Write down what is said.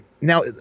Now